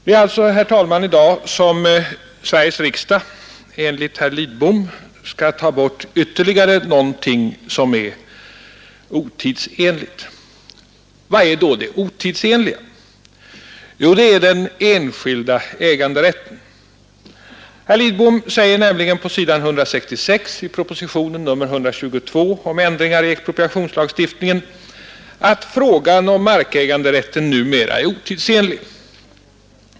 Det är alltså i dag, herr talman, som Sveriges riksdag enligt herr Lidbom skall ta bort ytterligare något som är otidsenligt. Vad är då det otidsenliga? Jo, det är den enskilda äganderätten. Herr Lidbom säger nämligen på s. 166 i propositionen 122 om ändringar i expropriationslagstiftningen att markäganderätten numera är otidsenlig.